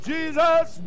Jesus